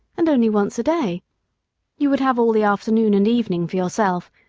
and only once day you would have all the afternoon and evening for yourself,